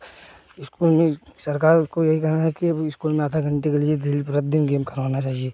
school में सरकार से यही कहना है कि स्कूल में आधा घंटे के लिए डेली प्रतिदिन गेम करवाना चाहिए